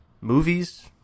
movies